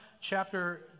chapter